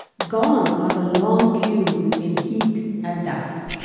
gone are the long queues in heat and dust.